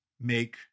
make